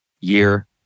year